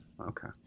Okay